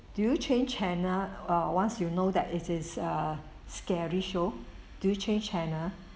do you change channel uh once you know that it is a scary show do you change channel